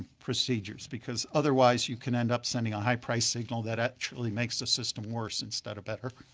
procedures because otherwise you can end up sending a high priced signal that actually makes the system worse instead of better.